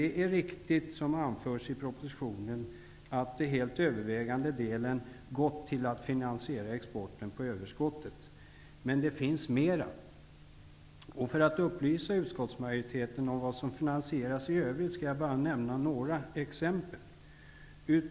Det är riktigt, vilket anförs i propositionen, att den helt övervägande delen av pengarna gått till att finansiera exporten av överskottet. Men det finns mer. För att upplysa utskottsmajoriteten om vad som i övrigt finansieras med dessa pengar vill jag nämna några exempel.